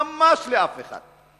ממש לאף אחד.